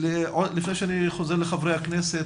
לפני שאני חוזר לחברי הכנסת,